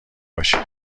باشین